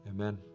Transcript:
amen